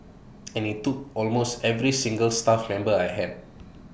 and he took almost every single staff member I had